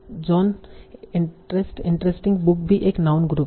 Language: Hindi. और जॉन इंटरेस्ट इंटरेस्टिंग बुक भी एक नाउन ग्रुप है